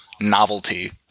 novelty